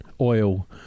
oil